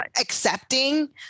Accepting